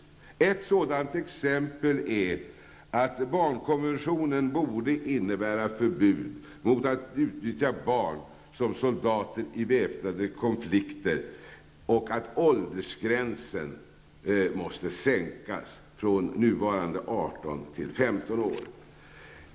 Ett sådant exempel är att barnkonventionen borde innebära förbud mot att utnyttja barn som soldater i väpnade konflikter och att åldersgränsen måste höjas från nuvarande 15 till 18 år.